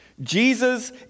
Jesus